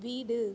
வீடு